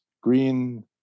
green